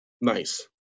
Nice